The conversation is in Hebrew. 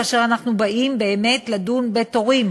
כאשר אנחנו באים באמת לדון בתורים,